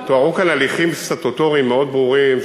תוארו כאן הליכים סטטוטוריים מאוד ברורים,